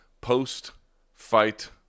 post-fight